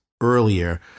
earlier